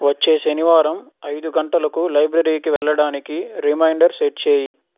వచ్చే శనివారం ఐదు గంటలకు లైబ్రరీకి వెళ్ళడానికి రిమైండర్ సెట్ చేయి